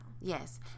Yes